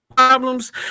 problems